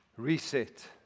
reset